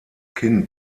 kind